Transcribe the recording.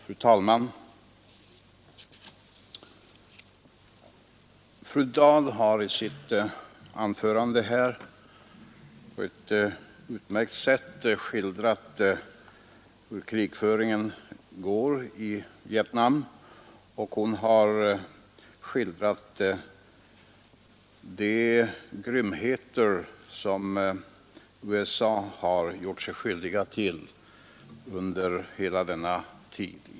Fru talman! Fru Dahl har i sitt anförande här på ett utmärkt sätt skildrat hur krigföringen går till i Vietnam, och hon har skildrat de grymheter som USA har gjort sig skyldigt till i Vietnam under hela denna tid.